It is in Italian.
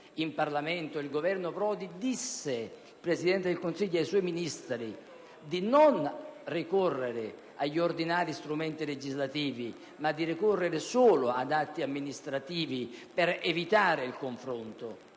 in Parlamento), il presidente del Consiglio Prodi disse ai suoi Ministri di non ricorrere agli ordinari strumenti legislativi, ma di ricorrere solo ad atti amministrativi per evitare il confronto